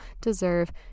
deserve